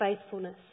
faithfulness